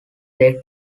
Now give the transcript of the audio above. they